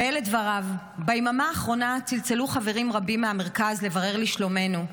ואלה דבריו: ביממה האחרונה צלצלו חברים רבים מהמרכז לברר לשלומנו,